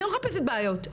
אני לא מחפשת בעיות,